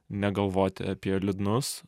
negalvoti apie liūdnus